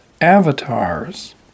avatars